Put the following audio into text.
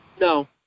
No